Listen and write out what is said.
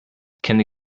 can